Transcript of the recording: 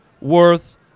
worth